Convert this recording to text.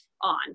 on